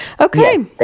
Okay